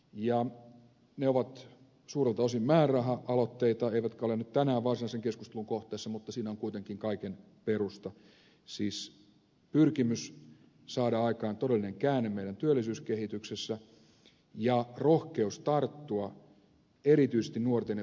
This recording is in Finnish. ne ovat suurelta osin määräraha aloitteita eivätkä ole nyt tänään varsinaisen keskustelun kohteena mutta niissä on kuitenkin kaiken perusta siis pyrkimys saada aikaan todellinen käänne meidän työllisyyskehityksessä ja rohkeus tarttua erityisesti nuorten ja pitkäaikaistyöttömien ongelmiin